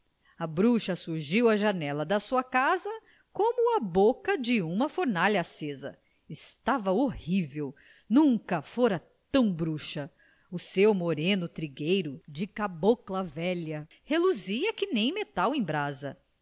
bruxa surgiu à janela da sua casa como à boca de uma fornalha acesa estava horrível nunca fora tão bruxa o seu moreno trigueiro de cabocla velha reluzia que nem metal em brasa